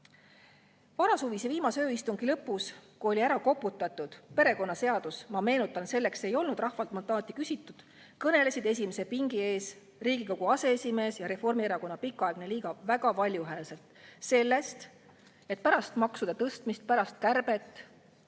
Varasuvise viimase ööistungi lõpus, kui oli ära koputatud perekonnaseadus – ma meenutan, selleks ei olnud rahvalt mandaati küsitud –, kõnelesid esimese pingi ees Riigikogu aseesimees ja Reformierakonna pikaaegne liige väga valjuhäälselt sellest, et pärast maksude tõstmist, pärast kärbet